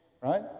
right